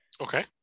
Okay